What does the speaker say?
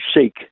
seek